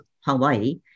Hawaii